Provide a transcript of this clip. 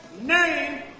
name